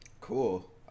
Cool